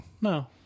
No